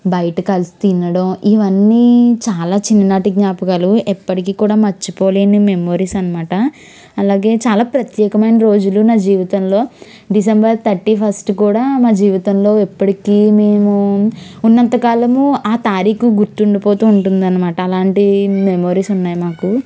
బయట కలిసి తినడం ఇవన్నీ చాలా చిన్ననాటి జ్ఞాపకాలు ఎప్పటికి కూడా మర్చిపోలేని మెమొరీస్ అన్నమాట అలాగే చాలా ప్రత్యేకమైన రోజులు నా జీవితంలో డిసెంబర్ థర్టీ ఫస్ట్ కూడా మా జీవితంలో ఎప్పటికి మేము ఉన్నంతకాలం ఆ తారీఖు గుర్తు ఉండిపోతు ఉంటుంది అన్నమాట అలాంటి మెమోరీస్ ఉన్నాయి నాకు